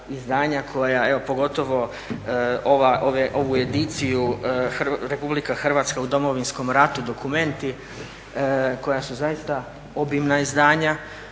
koja evo pogotovo ovu ediciju RH u Domovinskom ratu dokumenti koja su zaista obimna izdanja,